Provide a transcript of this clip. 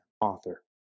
author